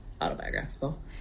autobiographical